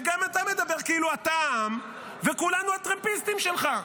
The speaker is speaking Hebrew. וגם אתה מדבר כאילו אתה העם וכולנו הטרמפיסטים שלך.